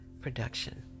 production